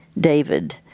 David